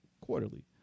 quarterly